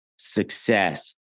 success